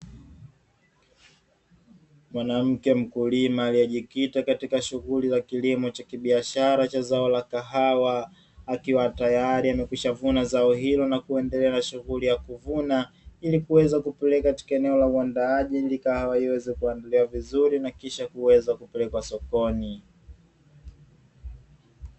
Mwanamke mkulima aliyejikita katika shughuli za kilimo cha kibiashara cha zao la kahawa, akiwa tayari amekwishavuna zao hilo na kuendelea na shughuli ya kuvuna ili kuweza kupeleka katika eneo la uandaaji, ili kahawa iweze kuandaliwa vizuri na kisha kuweza kupelekwa sokoni.